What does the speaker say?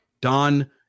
Don